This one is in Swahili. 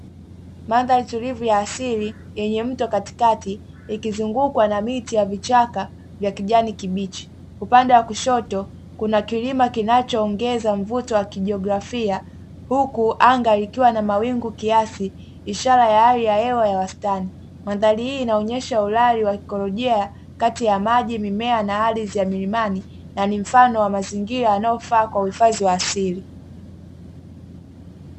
Mandhari tulivu ya asili yenye mto katikati ikizungukwa na miti ya vichaka vya kijani kibichi upande wa kushoto kuna kilima kinachoongeza mvuto wa kijiografia, huku anga likiwa na mawingu kiasi ishara ya hali ya hewa ya wastani. madhari hii inaonyesha urari wa kikolojia kati ya maji mimea na ardhi ya milimani na ni mfano wa mazingira yanayofaa kwa uhifadhi wa asili.